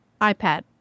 iPad